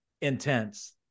intense